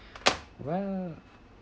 well